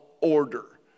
order